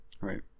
Right